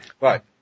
Right